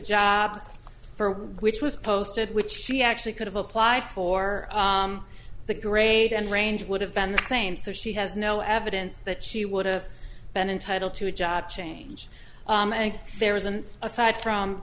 job for which was posted which she actually could have applied for the grade and range would have been the same so she has no evidence that she would have been entitle to a job change i think there was an aside from